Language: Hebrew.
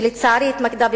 התמקדה,